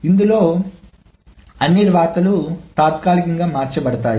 ఇందులో అన్ని వ్రాతలు తాత్కాలికంగా మార్చబడతాయి